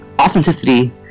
Authenticity